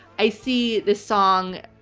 i see this song